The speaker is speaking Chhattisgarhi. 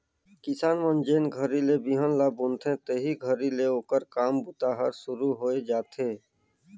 किसान मन जेन घरी ले बिहन ल बुनथे तेही घरी ले ओकर काम बूता हर सुरू होए जाथे